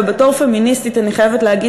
ובתור פמיניסטית אני חייבת להגיד,